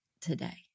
today